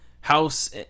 House